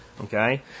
okay